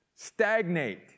stagnate